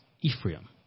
Ephraim